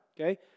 okay